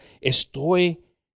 Estoy